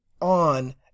on